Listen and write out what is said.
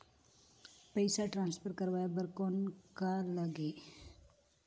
पइसा ट्रांसफर करवाय बर कौन का लगही?